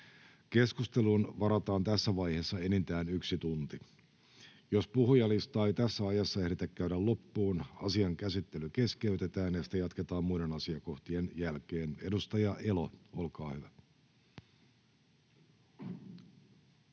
Keskusteluun varataan tässä vaiheessa enintään 30 minuuttia. Jos puhujalistaa ei ehditä käydä loppuun, asian käsittely keskeytetään ja sitä jatketaan muiden asiakohtien jälkeen. — Edustaja Hopsu, olkaa hyvä.